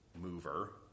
mover